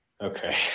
Okay